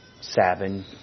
seven